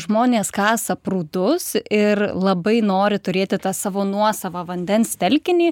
žmonės kasa prūdus ir labai nori turėti tą savo nuosavą vandens telkinį